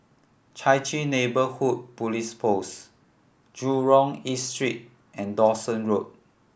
Chai Chee Neighbourhood Police Post Jurong East Street and Dawson Road